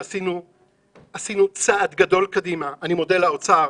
עשינו צעד גדול קדימה ואני מודה לאוצר.